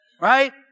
right